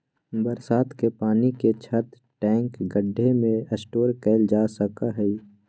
बरसात के पानी के छत, टैंक, गढ्ढे में स्टोर कइल जा सका हई